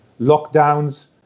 lockdowns